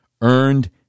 earned